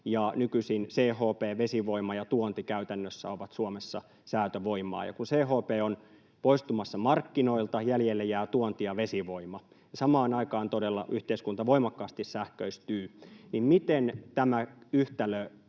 ja nykyisin CHP, vesivoima ja tuonti käytännössä ovat Suomessa säätövoimaa. Kun CHP on poistumassa markkinoilta, jäljelle jäävät tuonti ja vesivoima, ja samaan aikaan todella yhteiskunta voimakkaasti sähköistyy. Miten tämä yhtälö